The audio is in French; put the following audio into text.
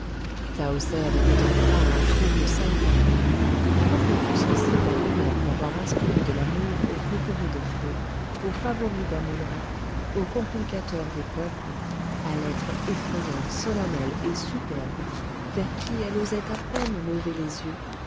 tahoser était en proie à un trouble singulier quoiqu'elle fût sensible à l'honneur d'avoir inspiré de l'amour au préféré de phré au favori dammon ra au conculcateur des peuples à l'être effrayant solennel et superbe vers qui elle osait à peine lever les yeux